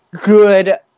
good